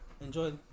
enjoy